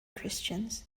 christians